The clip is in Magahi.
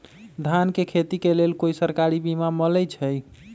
धान के खेती के लेल कोइ सरकारी बीमा मलैछई?